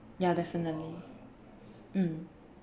ya definitely mm